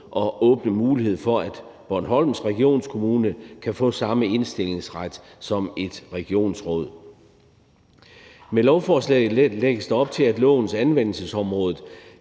at åbne mulighed for, at Bornholms Regionskommune kan få samme indstillingsret som et regionsråd. Med lovforslaget lægges der op til, at lovens anvendelsesområde